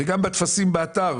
גם לא כל הטפסים נמצאים באתר.